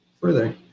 Further